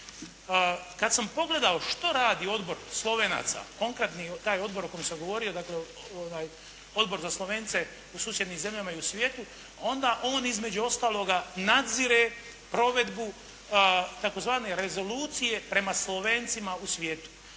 Kad sam pogledao što radi odbor Slovenaca, konkretni taj odbor o kojem sam govorio, dakle Odbor za Slovence u susjednim zemljama i u svijetu, onda on između ostaloga nadzire provedbu tzv. rezolucije prema Slovencima u svijetu.